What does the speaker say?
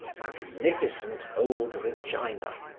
magnificent old regina.